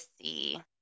see